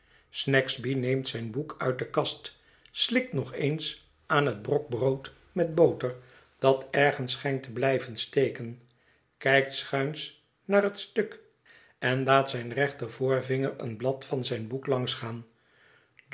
snagsby neemt zijn boek uit de kast slikt nog eens aan het brok brood met boter dat ergens schijnt te blijven steken kijkt schuins naar het stuk en laat zijn rechtervoorvinger een blad van zijn boek langs gaan